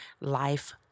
life